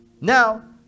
now